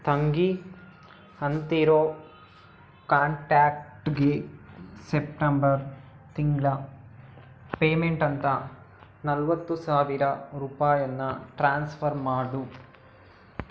ತಂಗಿ ಅಂತಿರೋ ಕಾಂಟ್ಯಾಕ್ಟ್ಗೆ ಸೆಪ್ಟೆಂಬರ್ ತಿಂಗಳ ಪೇಮೆಂಟ್ ಅಂತ ನಲವತ್ತು ಸಾವಿರ ರೂಪಾಯಿಯನ್ನ ಟ್ರಾನ್ಸ್ಫರ್ ಮಾಡು